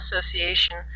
Association